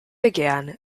began